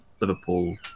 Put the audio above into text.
Liverpool